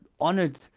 honored